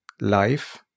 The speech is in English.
life